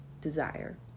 desire